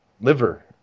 liver